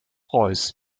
reuß